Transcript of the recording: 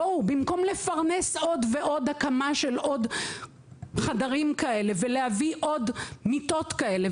במקום לפרנס הקמה של עוד ועוד חדרים כאלה ולהביא עוד כיסאות כאלה,